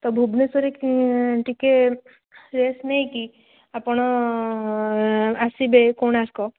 ତ ଭୁବନେଶ୍ୱରରେ ଟିକେ ରେଷ୍ଟ ନେଇକି ଆପଣ ଆସିବେ କୋଣାର୍କ